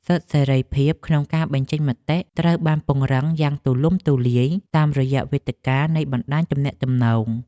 សិទ្ធិសេរីភាពក្នុងការបញ្ចេញមតិត្រូវបានពង្រីកយ៉ាងទូលំទូលាយតាមរយៈវេទិកានៃបណ្តាញទំនាក់ទំនងសង្គម។